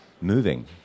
moving